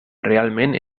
realment